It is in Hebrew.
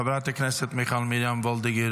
חברת הכנסת מיכל מרים וולדיגר,